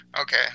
Okay